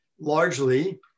largely